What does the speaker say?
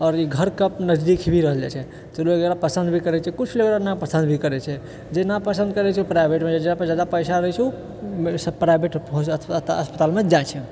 आओर ई घरके नजदीक भी रहल जाइत छै तऽ लोग एकरा पसन्द भी करैत छै किछु लोग एकरा नापसन्द भी करैत छै जे नापसन्द करैत छै ओ प्राइवेटमे जाइत छै जकरा ज्यादा पैसा रहैत छै ओ सब प्राइवेट अस्पतालमे जाइत छै